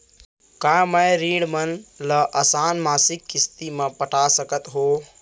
का मैं ऋण मन ल आसान मासिक किस्ती म पटा सकत हो?